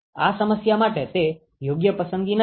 આ સમસ્યા માટે તે યોગ્ય પસંદગી નથી